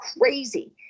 crazy